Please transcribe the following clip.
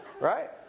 Right